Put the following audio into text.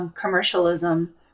commercialism